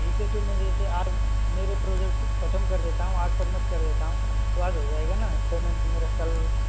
ठीक है तो मैं जैसे आज मेरे प्रोजेक्ट को ख़त्म कर देता हूँ आज सबमिट कर देता हूँ तो आज हो जाएगा न पेमेंट मेरा कल